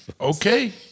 okay